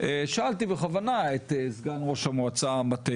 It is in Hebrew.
שאלתי בכוונה את סגן ראש המועצה מטה